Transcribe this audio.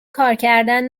کارکردن